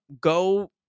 go